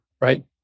right